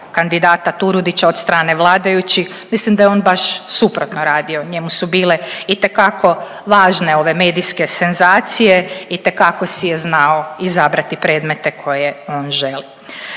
kandidata Turudića od strane vladajućih mislim da je on baš suprotno radio. Njemu su bile itekako važne ove medijske senzacije, itekako si je znao izabrati predmete koje on želi.